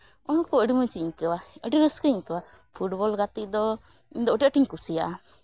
ᱚᱱᱟ ᱠᱚ ᱟᱹᱰᱤ ᱢᱚᱡᱽ ᱤᱧ ᱟᱹᱭᱠᱟᱹᱣᱟ ᱟᱹᱰᱤ ᱨᱟᱹᱥᱠᱟᱹᱧ ᱟᱹᱭᱠᱟᱹᱣᱟ ᱯᱷᱩᱴᱵᱚᱞ ᱜᱟᱛᱮᱜ ᱫᱚ ᱤᱧᱫᱚ ᱟᱹᱰᱤ ᱟᱸᱴᱤᱧ ᱠᱩᱥᱤᱭᱟᱜᱼᱟ